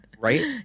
right